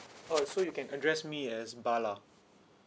oh so you can address me as bala